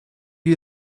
you